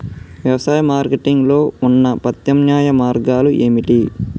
వ్యవసాయ మార్కెటింగ్ లో ఉన్న ప్రత్యామ్నాయ మార్గాలు ఏమిటి?